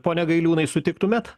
pone gailiūnai sutiktumėt